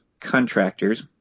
contractors